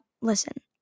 listen